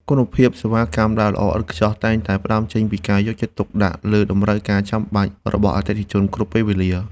គុណភាពសេវាកម្មដែលល្អឥតខ្ចោះតែងតែផ្ដើមចេញពីការយកចិត្តទុកដាក់លើតម្រូវការចាំបាច់របស់អតិថិជនគ្រប់ពេលវេលា។